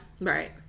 Right